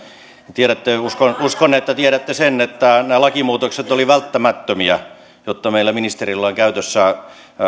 tiedätte uskon uskon että tiedätte sen että nämä lakimuutokset olivat välttämättömiä jotta meillä ministereillä on käytössään